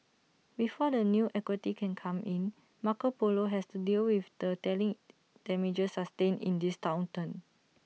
before the new equity can come in Marco Polo has to deal with the telling damages sustained in this downturn